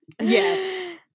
Yes